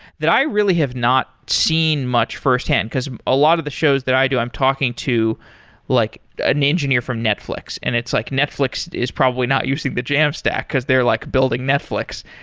that i really have not seen much firsthand, because a lot of the shows that i do, i'm talking to like an engineer from netflix, and it's like netflix it is probably not using the jamstack because they're like building netflix.